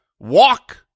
walk